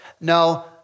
No